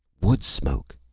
wood smoke!